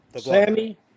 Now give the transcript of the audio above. Sammy